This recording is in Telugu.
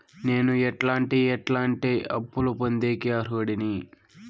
నేను ఎట్లాంటి ఎట్లాంటి అప్పులు పొందేకి అర్హుడిని?